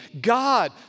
God